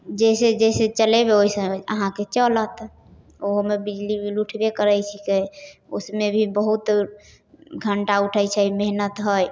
जइसे जइसे चलेबै वइसे अहाँके चलत ओहोमे बिजली बिल उठबे करै छिकै उसमे भी बहुत घण्टा उठै छै मेहनति हइ